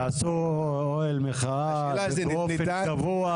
תעשו אוהל מחאה באופן קבוע.